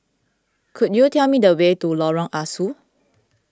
could you tell me the way to Lorong Ah Soo